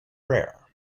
rare